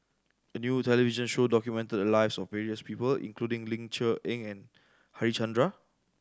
a new television show documented the lives of various people including Ling Cher Eng and Harichandra